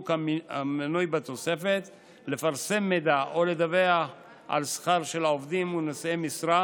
המנוי בתוספת לפרסם מידע או לדווח על שכר של עובדים ונושאי משרה,